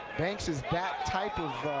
banks is that type of